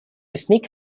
sneak